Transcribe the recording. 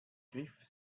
griff